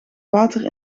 water